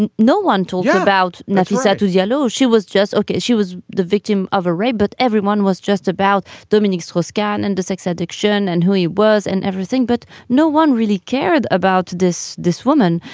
and no one told you about nafissatou diallo. she was just ok. she was the victim of a rape but everyone was just about dominique strauss-kahn and the sex addiction and who he was and everything but no one really cared about this this woman.